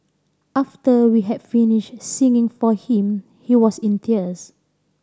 after we had finished singing for him he was in tears